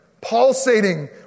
pulsating